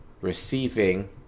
receiving